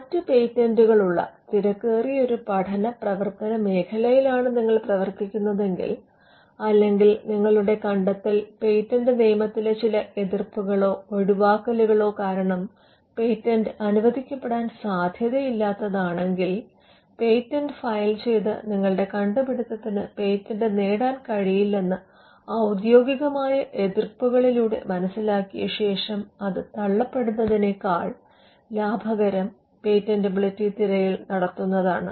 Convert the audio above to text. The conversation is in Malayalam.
മറ്റ് പേറ്റന്റുകൾ ഉള്ള തിരക്കേറിയ ഒരു പഠനപ്രവർത്തന മേഖലയിലാണ് നിങ്ങൾ പ്രവർത്തിക്കുന്നെതെങ്കിൽ അല്ലെങ്കിൽ നിങ്ങളുടെ കണ്ടെത്തൽ പേറ്റന്റ് നിയമത്തിലെ ചില എതിർപ്പുകളോ ഒഴിവാക്കലുകളോ കാരണം പേറ്റന്റ് അനുവദിക്കപ്പെടാൻ സാധ്യതയില്ലാത്തതാണെങ്കിൽ പേറ്റന്റ് ഫയൽ ചെയ്ത് നിങ്ങളുടെ കണ്ടുപിടുത്തത്തിന് പേറ്റന്റ് നേടാൻ കഴിയില്ലെന്ന് ഔദ്യോഗികകമായ എതിർപ്പുകളിലൂടെ മനസ്സിലാക്കിയ ശേഷം അത് തള്ളപ്പെടുന്നതിനേക്കാൾ ലാഭകരം പേറ്റന്റബിലിറ്റി തിരയൽ നടത്തുന്നതാണ്